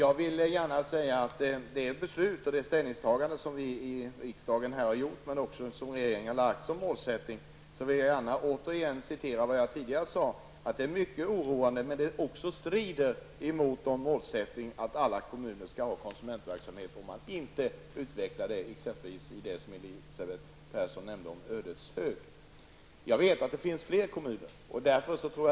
När det gäller det beslut som riksdagen har fattat och som regeringen har lagt fast som målsättning vill jag återigen upprepa att det är mycket oroande -- och det strider också emot målsättningen att alla kommuner skall ha konsumentverksamhet -- om man inte utvecklar sådan verksamhet i t.ex. Ödeshög. Jag vet att det finns fler kommuner som inte har någon konsumentvägledning.